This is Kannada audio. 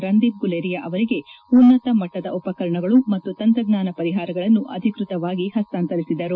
ರಂದೀಪ್ ಗುಲೇರಿಯಾ ಅವರಿಗೆ ಉನ್ನತ ಮಟ್ಟದ ಉಪಕರಣಗಳು ಮತ್ತು ತಂತ್ರಜ್ಞಾನ ಪರಿಹಾರಗಳನ್ನು ಅಧಿಕೃತವಾಗಿ ಹಸ್ತಾಂತರಿಸಿದರು